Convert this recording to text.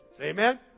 Amen